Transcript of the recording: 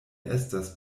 estas